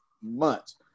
months